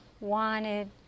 wanted